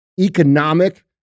economic